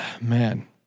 Man